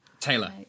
taylor